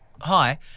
Hi